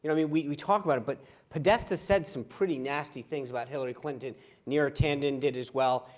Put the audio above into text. and i mean we talk about it, but podesta said some pretty nasty things about hillary clinton. neera tanden did as well.